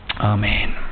Amen